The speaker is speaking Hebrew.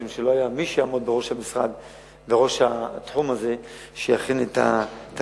משום שלא היה מי שיעמוד בראש התחום הזה שיכין את התקנות.